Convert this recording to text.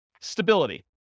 Stability